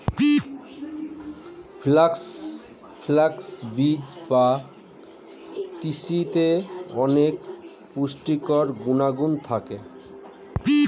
flax বীজ বা তিসিতে অনেক পুষ্টিকর গুণাগুণ থাকে